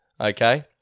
Okay